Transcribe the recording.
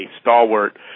stalwart